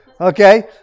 Okay